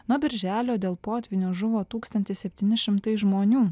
nuo birželio dėl potvynio žuvo tūkstantis septyni šimtai žmonių